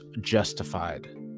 justified